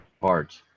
parts